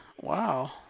Wow